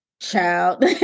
child